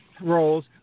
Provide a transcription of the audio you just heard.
roles